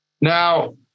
Now